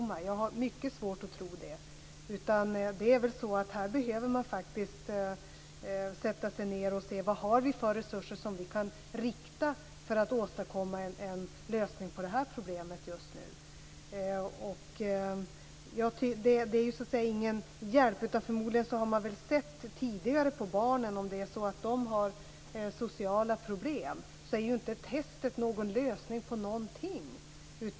Jag har mycket svårt att tro det. Man behöver sätta sig ned och undersöka vilka resurser man kan rikta för att åstadkomma en lösning på problemet just nu. Att få göra narkotikatester är ingen hjälp. Förmodligen har man tidigare sett på barnen om de har sociala problem. Testet är inte lösningen på någonting.